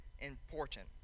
important